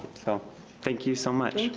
so thank you so much.